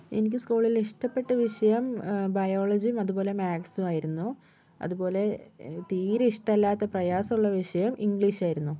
എനിക്ക് സ്കൂളിൽ ഇഷ്ടപ്പെട്ട വിഷയം ബയോളജിയും അതുപോലെ മാത്സും ആയിരുന്നു അതുപോലെ തീരെ ഇഷ്ടമല്ലാത്ത പ്രയാസമുള്ള വിഷയം ഇംഗ്ലീഷ് ആയിരുന്നു